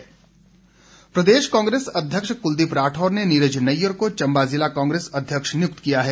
नियुक्ति प्रदेश कांग्रेस अध्यक्ष कुलदीप राठौर ने नीरज नैयर को चंबा जिला कांग्रेस अध्यक्ष नियुक्त किया है